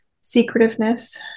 Secretiveness